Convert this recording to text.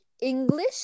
English